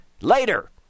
later